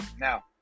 now